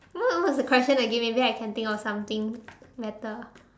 what what was the question again maybe I can think about something better